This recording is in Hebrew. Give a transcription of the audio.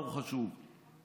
הוא חשוב.